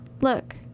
look